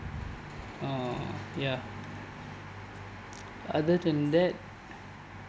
uh ya other than that